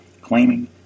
claiming